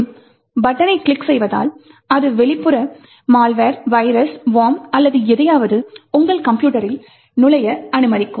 மற்றும் பட்டன்களைக் கிளிக் செய்வதால் அது வெளிப்புற மால்வெர் வைரஸ் வார்ம் அல்லது எதையாவது உங்கள் கம்ப்யூட்டரில் நுழைய அனுமதிக்கும்